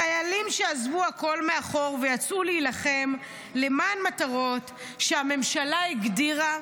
חיילים שעזבו הכול מאחור ויצאו להילחם למען מטרות שהממשלה הגדירה,